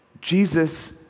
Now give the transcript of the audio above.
Jesus